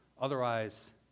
Otherwise